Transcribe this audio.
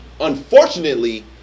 unfortunately